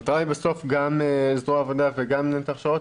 גם בזרוע העבודה וגם בהכשרות,